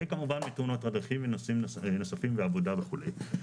וכמובן מתאונות הדרכים ועבודה וכו'.